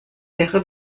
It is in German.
wäre